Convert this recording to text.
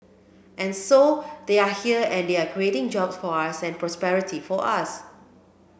and so they are here and they are creating jobs for us and prosperity for us